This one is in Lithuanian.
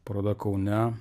paroda kaune